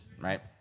right